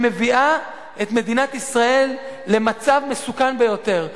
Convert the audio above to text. שמביאה את מדינת ישראל למצב מסוכן ביותר".